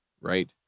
right